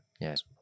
Yes